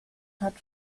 hat